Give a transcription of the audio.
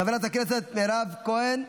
חברת הכנסת מירב כהן,